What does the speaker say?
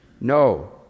No